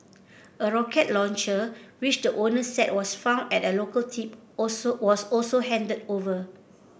a rocket launcher which the owner said was found at a local tip also was also handed over